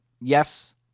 yes